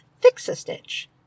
Fix-A-Stitch